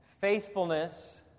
Faithfulness